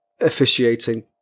officiating